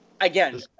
Again